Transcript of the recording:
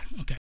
okay